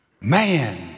Man